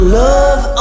love